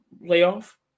layoff